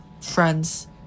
friends